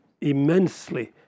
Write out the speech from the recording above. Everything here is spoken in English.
immensely